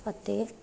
ਅਤੇ